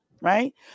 Right